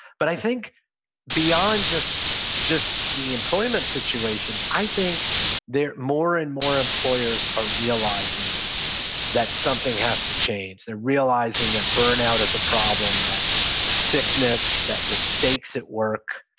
but i think beyond just just the employment situation, i think that more and more employers are realizing that something has to change. they're realizing that burnout is a problem, that sickness, that mistakes at work,